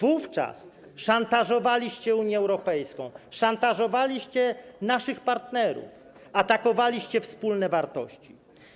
Wówczas szantażowaliście Unię Europejską, szantażowaliście naszych partnerów, atakowaliście wspólne wartości.